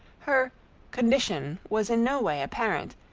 her condition was in no way apparent,